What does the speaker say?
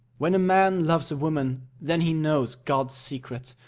when a man loves a woman, then he knows god's secret,